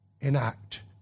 enact